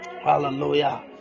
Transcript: Hallelujah